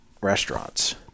restaurants